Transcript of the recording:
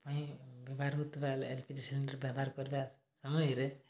ପାଇଁ ବ୍ୟବହାର ହେଉଥିବା ଏଲ୍ପିଜି ସିଲିଣ୍ଡର୍ ବ୍ୟବହାର କରିବା ସମୟରେ